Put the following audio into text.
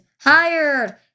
hired